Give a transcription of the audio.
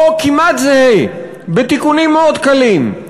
חוק כמעט זהה, בתיקונים מאוד קלים.